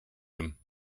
him